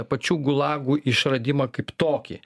pačių gulagų išradimą kaip tokį